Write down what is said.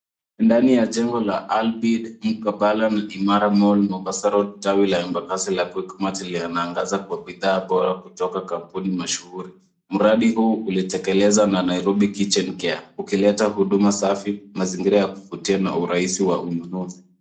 Ndani ya jengo la Alpid, Mkabala na Imara mall Mombasa Road tawi la Embakasi la Quikmat linaangaza kwa bidhaa bora kutoka kampuni mashuhuri. Mradi huu ulitekeleza na Nairobi Kitchen Care ukileta uduma safi, mazingira ya kuvutia na urahisi wa ununuzi.